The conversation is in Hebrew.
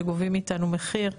שגובים מאיתנו מחיר,